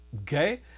Okay